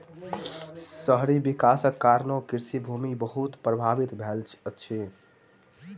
शहरी विकासक कारणें कृषि भूमि बहुत प्रभावित भेल अछि